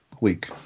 week